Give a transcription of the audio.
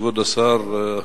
כבוד השר,